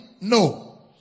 No